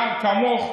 ככה.